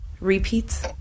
Repeats